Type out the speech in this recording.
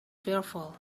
fearful